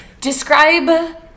describe